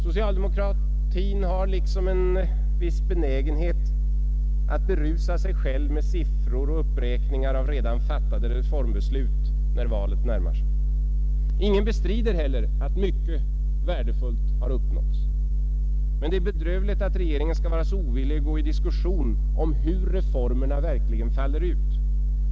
Socialdemokratin har en viss benägenhet att berusa sig med siffror och uppräkningar av redan fattade reformbeslut, när valet närmar sig. Ingen bestrider heller att mycket värdefullt har uppnåtts. Det är däremot bedrövligt att regeringen är så ovillig att gå in i diskussion om hur reformerna verkligen faller ut.